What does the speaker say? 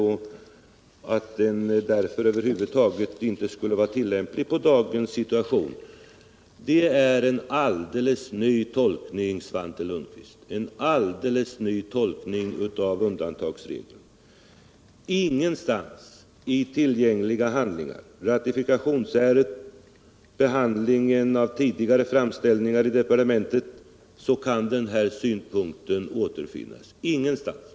Han sade att den regeln över huvud taget inte var tillämplig på dagens situation. Det är en helt ny tolkning av undantagsregeln, Svante Lundkvist! Ingenstans i tillgängliga handlingar om ratifikationsärendet eller i tidigare framställningar i departementet har den synpunkten återfunnits. Ingenstans!